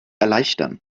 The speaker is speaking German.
erleichtern